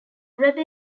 rebbe